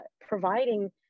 providing